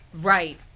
Right